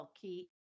key